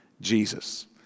Jesus